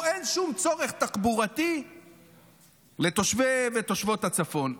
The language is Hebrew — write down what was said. כאילו אין שום צורך תחבורתי לתושבי ותושבות הצפון.